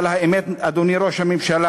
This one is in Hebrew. אבל האמת, אדוני ראש הממשלה,